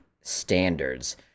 standards